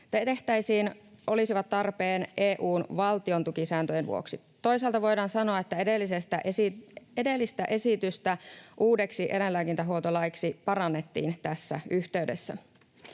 nyt tehtäisiin, olisivat tarpeen EU:n valtiontukisääntöjen vuoksi. Toisaalta voidaan sanoa, että edellistä esitystä uudeksi eläinlääkintähuoltolaiksi parannettiin tässä yhteydessä.